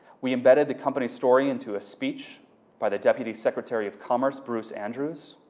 we embedded the company's story into a speech by the deputy secretary of commerce bruce andrews.